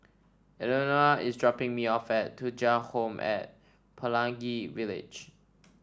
Eleanore is dropping me off at Thuja Home at Pelangi Village